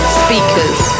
speakers